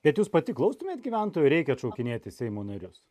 bet jūs pati klaustumėt gyventojų ar reikia atšaukinėti seimo narius